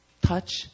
Touch